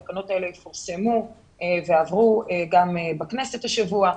התקנות האלה יפורסמו ועברו גם בכנסת השבוע.